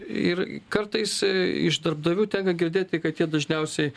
ir kartais iš darbdavių tenka girdėti kad jie dažniausiai